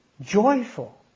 joyful